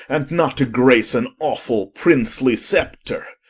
and not to grace an awefull princely scepter.